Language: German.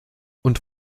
und